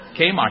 Kmart